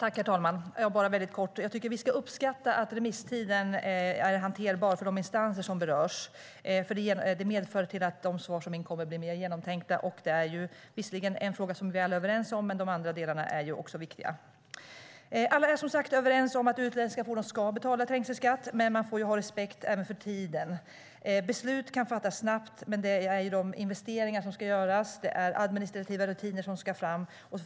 Herr talman! Jag ska fatta mig kort. Jag tycker att vi ska uppskatta att remisstiden är hanterbar för de instanser som berörs. Det medför att de svar som inkommer blir mer genomtänkta. Detta är visserligen en fråga som vi alla är överens om, men de andra delarna är också viktiga. Alla är som sagt överens om att utländska fordon ska betala trängselskatt, men man får ha respekt även för tiden. Beslut kan fattas snabbt, men det är investeringar som ska göras och administrativa rutiner som ska fram.